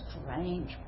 strange